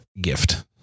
gift